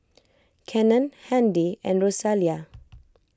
Kenan Handy and Rosalia